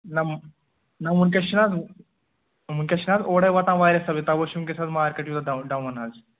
نہَ نہَ وُنکٮ۪س چھِنہٕ حظ وُنکٮ۪س چھِنہٕ حظ اورے واتان واریاہ سبزی تَوَے چھُ وُنکٮ۪س حظ مارکیٹ یوٗتاہ ڈاوُن ڈاوُن حظ